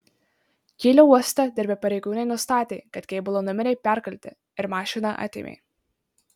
kylio uoste dirbę pareigūnai nustatė kad kėbulo numeriai perkalti ir mašiną atėmė